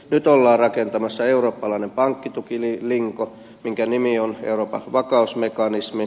nyt ollaan rakentamassa eurooppalainen pankkitukilinko jonka nimi on euroopan vakausmekanismi